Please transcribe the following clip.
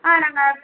ஆ நாங்கள்